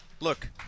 Look